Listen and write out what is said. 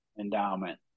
endowment